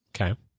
okay